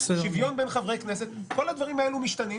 שוויון בין חברי כנסת כל הדברים האלה משתנים,